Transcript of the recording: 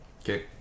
Okay